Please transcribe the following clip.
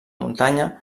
muntanya